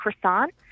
croissant